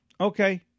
Okay